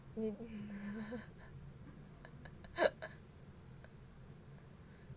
你